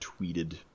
tweeted